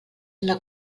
una